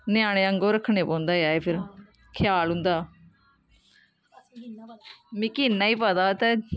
ञ्यानें आगूं रक्खना पौंदा ऐ फिर ख्याल उं'दा मिगी इन्ना गै पता ऐ ते